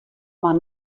mar